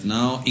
now